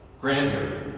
grandeur